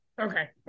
Okay